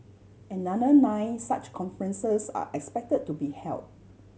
another nine such conferences are expect to be held